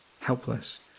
helpless